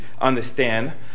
understand